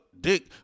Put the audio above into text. dick